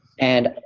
and